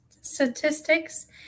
statistics